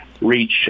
reach